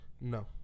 No